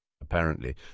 Apparently